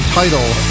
title